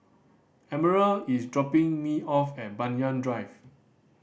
Emerald is dropping me off at Banyan Drive